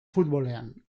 futbolean